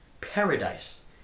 paradise